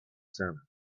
cenę